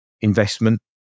investment